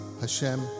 Hashem